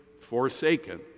forsaken